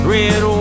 Red